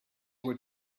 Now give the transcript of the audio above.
were